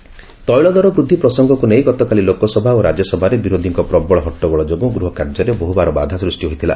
ରାଜ୍ୟସଭା ଲୋକସଭା ତୈଳଦର ବୃଦ୍ଧି ପ୍ରସଙ୍ଗକୁ ନେଇ ଗତକାଲି ଲୋକସଭା ଓ ରାଜ୍ୟସଭାରେ ବିରୋଧୀଙ୍କ ପ୍ରବଳ ହଟ୍ଟଗୋଳ ଯୋଗୁଁ ଗୃହକାର୍ଯ୍ୟରେ ବହୁବାର ବାଧା ସୃଷ୍ଟି ହୋଇଥିଲା